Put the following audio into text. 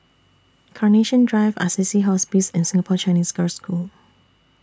Carnation Drive Assisi Hospice and Singapore Chinese Girls' School